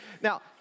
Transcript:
Now